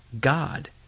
God